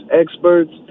experts